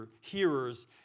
hearers